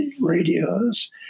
radios